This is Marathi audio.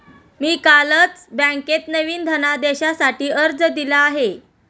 मी कालच बँकेत नवीन धनदेशासाठी अर्ज दिला आहे